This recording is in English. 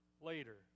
later